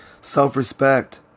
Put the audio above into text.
self-respect